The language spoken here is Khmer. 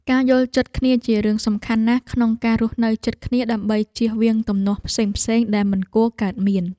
ការយល់ចិត្តគ្នាជារឿងសំខាន់ណាស់ក្នុងការរស់នៅជិតគ្នាដើម្បីជៀសវាងទំនាស់ផ្សេងៗដែលមិនគួរកើតមាន។